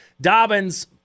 Dobbins